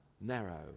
Narrow